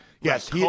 Yes